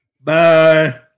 Bye